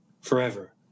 forever